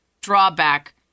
drawback